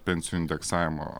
pensijų indeksavimo